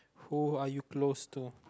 who are you close to